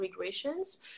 regressions